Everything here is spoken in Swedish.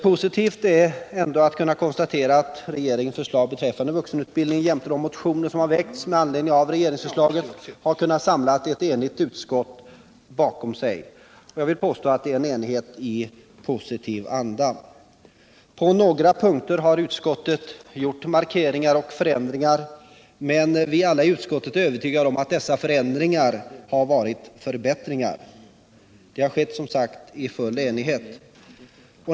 Positivt är ändå att kunna konstatera att regeringens förslag beträffande vuxenutbildningen jämte de motioner som har väckts med anledning av regeringsförslaget har kunnat samla ett enigt utskott bakom sig, och jag vill påstå att det är en enighet i positiv anda. På några punkter har utskottet gjort markeringar och förändringar, men vi är alla i utskottet övertygade om att dessa förändringar har varit förbättringar, och de har som sagt skett i full enighet.